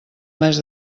mes